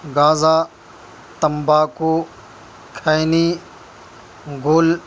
گازہ تمباکو کھینی گل